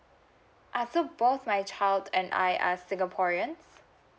uh so both my child and I are singaporean